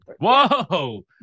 Whoa